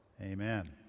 Amen